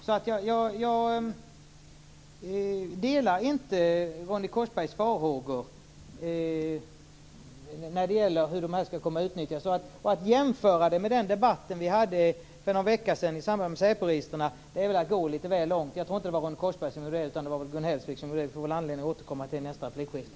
Jag delar därför inte Ronny Korsbergs farhågor när det gäller hur registren skall komma att utnyttjas. Att jämföra med debatten för någon vecka sedan om säporegistren är väl att gå litet väl långt. Jag tror inte att det var Ronny Korsberg som gjorde den jämförelsen, utan Gun Hellsvik. Vi får väl anledning att återkomma till det i nästa replikskifte.